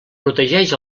protegeix